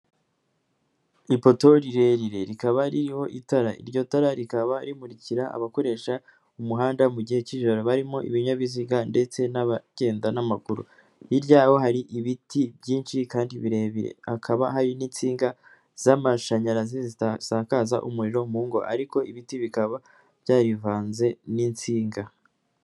Ipoto rirerire rikaba ririho itara. Iryo tara rikaba rimurikira abakoresha umuhanda mu gihe cy'ijoro barimo ibinyabiziga ndetse n'abagenda n'amaguru. Hiryaho hari ibiti byinshi kandi birebire hakaba hari n'insinga z'amashanyarazi zisakaza umuriro mu ngo ariko ibiti bikaba byaribivanze n'insinga.